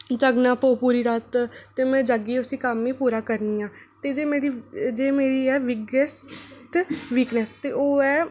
जागना पौग पूरी रात ते में जागियै उसी कम्म गी पूरा करनी आं ते जे मेरी जे मेरी ऐ बिग्गेस्ट वीकनेस ते ओह् ऐ